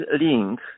link